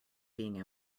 being